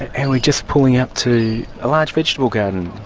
and we're just pulling up to a large vegetable garden